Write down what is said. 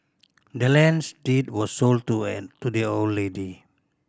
the land's deed was sold to an to the old lady